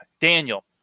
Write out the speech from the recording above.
Daniel